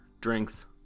drinks